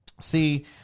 See